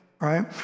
right